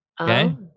okay